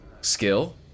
skill